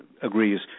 agrees